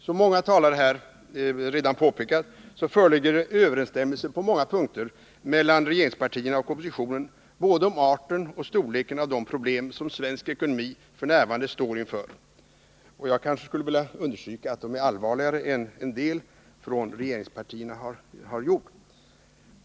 Som många talare redan påpekat, föreligger överensstämmelser på många punkter mellan regeringspartierna och oppositionen både om arten och storleken av de problem som svensk ekonomi f. n. står inför. Jag skulle vilja understryka att de är allvarligare än en del företrädare för regeringspartierna har givit uttryck för.